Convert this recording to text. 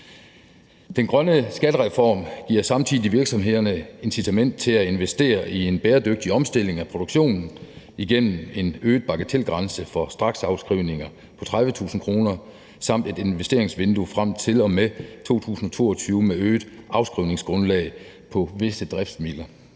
Den grønne skattereform giver samtidig virksomhederne incitament til at investere i en bæredygtig omstilling af produktionen igennem en øget bagatelgrænse for straksafskrivninger på 30.000 kr. samt et investeringsvindue frem til og med 2022 med et øget afskrivningsgrundlag på visse driftsmidler.